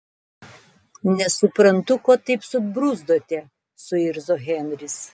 nesuprantu ko taip subruzdote suirzo henris